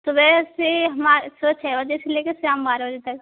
सुबह से हमारे सर छः बजे से लेकर शाम बारह बजे तक